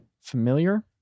familiar